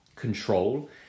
control